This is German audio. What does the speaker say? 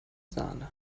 sahne